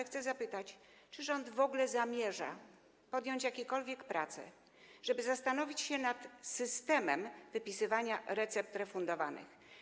Chcę zapytać, czy rząd w ogóle zamierza podjąć jakiekolwiek prace, żeby zastanowić się nad systemem wypisywania recept refundowanych.